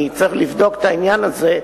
אני צריך לבדוק את העניין הזה,